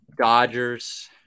Dodgers